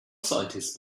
scientists